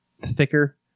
thicker